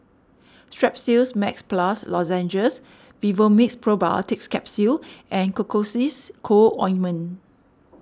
Strepsils Max Plus Lozenges Vivomixx Probiotics Capsule and Cocois Co Ointment